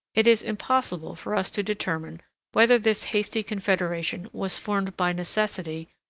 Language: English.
it is impossible for us to determine whether this hasty confederation was formed by necessity,